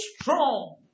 strong